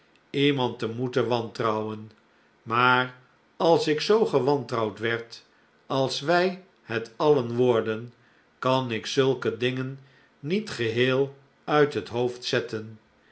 iemand te moeten wantrouwen maar als ik zoo gewantrouwd werd als wij het alien worden kan ik zulke dingen niet geheel uit het hoofd zetten